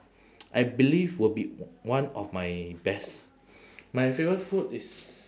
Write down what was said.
I believe will be one of my best my favourite food is